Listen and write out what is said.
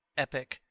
epic,